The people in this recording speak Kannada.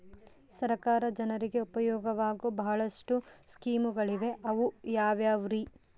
ಸರ್ಕಾರ ಜನರಿಗೆ ಉಪಯೋಗವಾಗೋ ಬಹಳಷ್ಟು ಸ್ಕೇಮುಗಳಿವೆ ಅವು ಯಾವ್ಯಾವ್ರಿ?